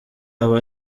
aba